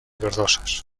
verdosas